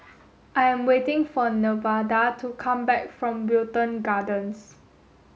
I am waiting for Nevada to come back from Wilton Gardens